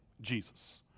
Jesus